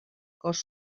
cos